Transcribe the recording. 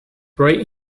right